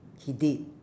he did